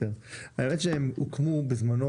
האמת שהוקמו בזמנו,